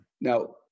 Now